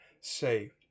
saved